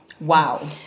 Wow